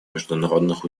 международных